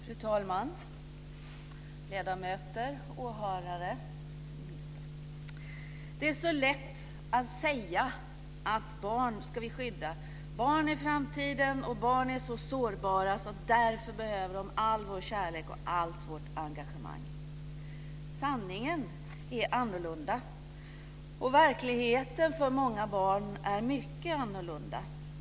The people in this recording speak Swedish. Fru talman! Ledamöter, åhörare och fru minister! Det är så lätt att säga att vi ska skydda barn, barn är framtiden, barn är så sårbara, och därför behöver de all vår kärlek och allt vårt engagemang. Sanningen är annorlunda. Verkligheten för många barn är mycket annorlunda.